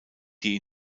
die